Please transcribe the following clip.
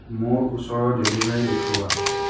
মোৰ ওচৰৰ ডেলিভাৰী দেখুওৱা